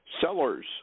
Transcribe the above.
Sellers